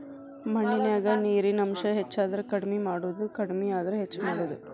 ಮಣ್ಣಿನ್ಯಾಗ ನೇರಿನ ಅಂಶ ಹೆಚಾದರ ಕಡಮಿ ಮಾಡುದು ಕಡಮಿ ಆದ್ರ ಹೆಚ್ಚ ಮಾಡುದು